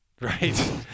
Right